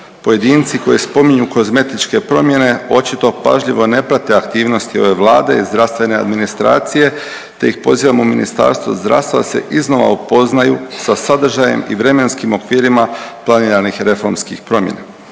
Pojedinci koje spominju kozmetičke promjene očito pažljivo ne prate aktivnosti ove Vlade i zdravstvene administracije te ih pozivamo u Ministarstvo zdravstva da se iznova upoznaju sa sadržajem i vremenskim okvirima planiranih reformskih promjena,